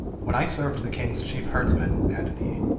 when i served the king's chief herdsman added he,